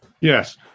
Yes